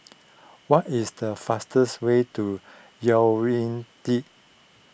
what is the faster way to Yaounde